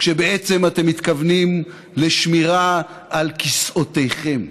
כשבעצם אתם מתכוונים לשמירה על כיסאותיכם.